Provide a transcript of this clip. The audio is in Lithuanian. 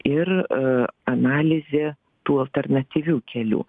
ir analizė tų alternatyvių kelių